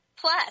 plus